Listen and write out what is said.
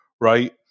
right